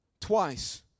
twice